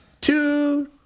two